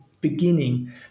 beginning